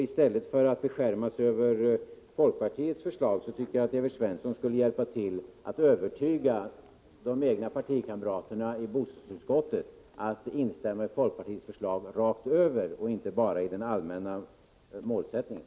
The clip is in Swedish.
I stället för att beskärma sig över folkpartiets förslag tycker jag att Evert Svensson skall hjälpa till att övertyga de egna partikamraterna i bostadsutskottet om att de skall instämma i folkpartiets förslag rakt över, inte bara i den allmänna målsättningen.